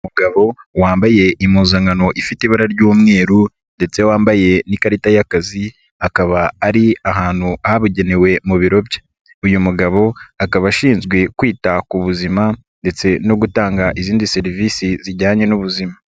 Umugabo wambaye impuzankano ifite ibara ry'umweru ndetse wambaye n'ikarita y'akazi akaba ari ahantu habugenewe mu biro bye, uyu mugabo akaba ashinzwe kwita ku buzima ndetse no gutanga izindi serivisi zijyanye n'ubuzima.